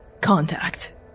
Contact